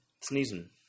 Sneezing